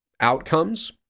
outcomes